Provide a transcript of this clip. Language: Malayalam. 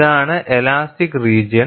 ഇതാണ് ഇലാസ്റ്റിക് റീജിയൻ